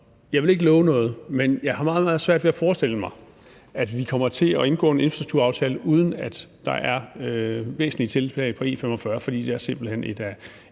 jeg vil ikke love noget, men jeg har meget, meget svært ved at forestille mig, at vi kommer til at indgå en infrastrukturaftale, uden at der er væsentlige tiltag på E45, fordi det simpelt hen er et